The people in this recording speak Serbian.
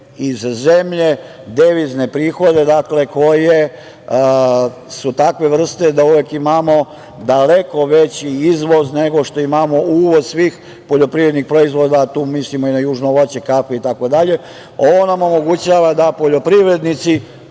iz zemlje devizne prihode, dakle, koje su takve vrste da uvek imamo daleko veći izvoz nego što imamo uvoz svih poljoprivrednih proizvoda, a tu mislimo na južno voće, kafe, itd. Ovo nam omogućava da poljoprivrednici